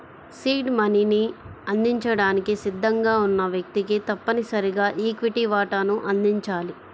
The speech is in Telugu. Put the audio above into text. సీడ్ మనీని అందించడానికి సిద్ధంగా ఉన్న వ్యక్తికి తప్పనిసరిగా ఈక్విటీ వాటాను అందించాలి